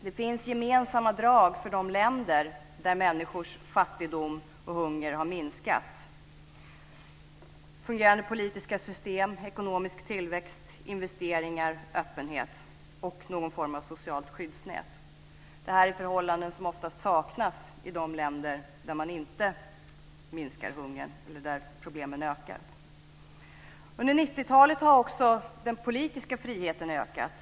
Det finns gemensamma drag för de länder där människors fattigdom och hunger har minskat, nämligen fungerande politiska system, ekonomisk tillväxt, investeringar, öppenhet och någon form av socialt skyddsnät. Det här är förhållanden som oftast saknas i de länder där hungern inte minskar och där problemen ökar. Under 90-talet har också den politiska friheten ökat.